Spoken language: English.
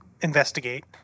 investigate